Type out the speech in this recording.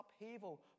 upheaval